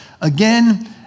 again